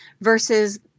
versus